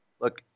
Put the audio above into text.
look